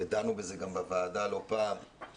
ודנו בזה גם בוועדה לא פעם,